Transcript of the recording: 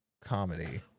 comedy